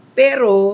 pero